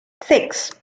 six